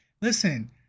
Listen